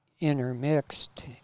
intermixed